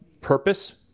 purpose